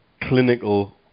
clinical